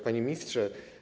Panie Ministrze!